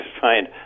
find